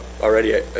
already